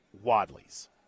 Wadley's